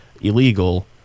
illegal